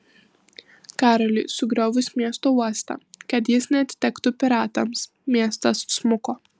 karoliui sugriovus miesto uostą kad jis neatitektų piratams miestas smuko